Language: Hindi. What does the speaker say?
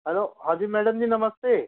हेलो हाँ जी मैडम जी नमस्ते